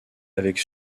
avec